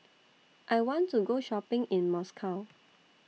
I want to Go Shopping in Moscow